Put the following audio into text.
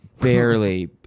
barely